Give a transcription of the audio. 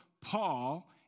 Paul